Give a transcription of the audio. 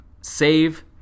save